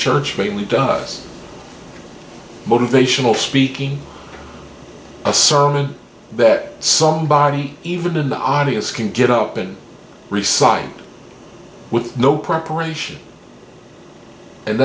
church rightly does motivational speaking a sermon that somebody even in the audience can get up and resigned with no preparation and